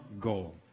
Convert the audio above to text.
goal